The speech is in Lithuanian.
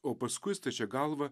o paskui stačia galva